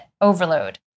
Overload